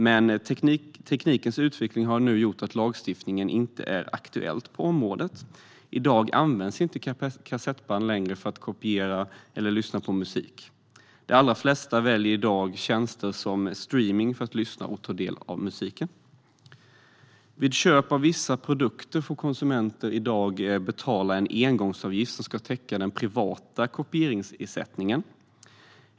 Men teknikens utveckling har nu gjort att lagstiftningen inte är aktuell på området. I dag används inte längre kassettband för att kopiera eller lyssna på musik. De allra flesta väljer i stället tjänster som streamning för att lyssna och ta del av musik. Vid köp av vissa produkter får konsumenter i dag betala en engångsavgift som ska täcka den privata kopieringsersättningen.